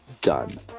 done